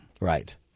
Right